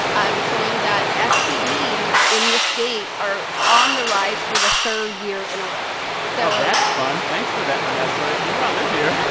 showing that stds in the state are on the rise for the third year in a row. so. oh, that's fun. thanks for that, vanessa. you know i live here